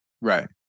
Right